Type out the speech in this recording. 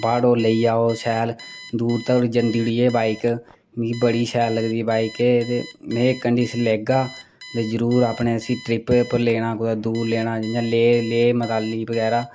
प्हाड़ै र लेईं जाओ शैल दूर जंदी उठी ओह् बाइक मि बड़ी शैल लगदी बाइक ते में कन्नै लैगा में जरूर अपने इसी ट्रिप पर लेनां कुदै दूर लेना जि'यां लेह् मनाली बगैरा